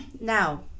now